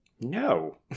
No